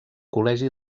col·legi